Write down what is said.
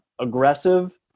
aggressive